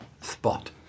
spot